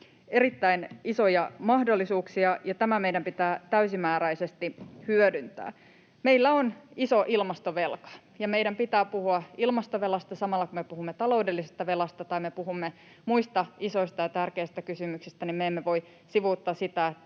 erittäin isoja mahdollisuuksia, ja tämä meidän pitää täysimääräisesti hyödyntää. Meillä on iso ilmastovelka, ja meidän pitää puhua ilmastovelasta samalla, kun me puhumme taloudellisesta velasta tai me puhumme muista isoista ja tärkeistä kysymyksistä. Me emme voi sivuuttaa sitä,